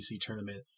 tournament